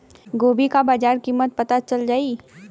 गोभी का बाजार कीमत पता चल जाई?